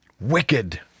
Wicked